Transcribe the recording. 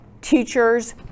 teachers